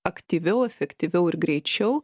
aktyviau efektyviau ir greičiau